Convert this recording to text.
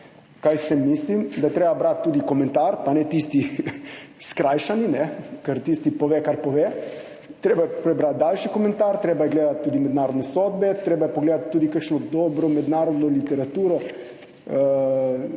Kaj s tem mislim? Da je treba brati tudi komentar, pa ne tistega skrajšanega, ker tisti pove, kar pove, treba je prebrati daljši komentar, treba je gledati tudi mednarodne sodbe, treba je pogledati tudi kakšno dobro mednarodno literaturo.